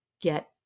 get